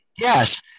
Yes